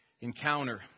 encounter